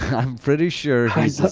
i'm pretty sure he's.